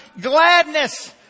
gladness